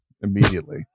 immediately